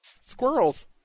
Squirrels